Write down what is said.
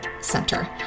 center